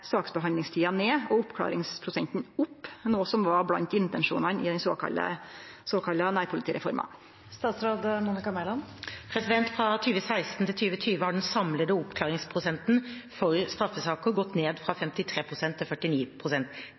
saksbehandlingstida ned og oppklaringsprosenten opp, noko som var blant intensjonane i «nærpolitireforma»?» Fra 2016 til 2020 har den samlede oppklaringsprosenten for straffesaker gått ned fra 53 til